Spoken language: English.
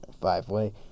five-way